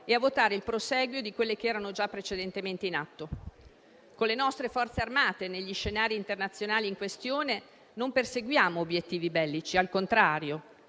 e a votare il prosieguo di quelle già precedentemente in atto. Con le nostre Forze armate, negli scenari internazionali in questione, non perseguiamo obiettivi bellici; al contrario,